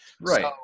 right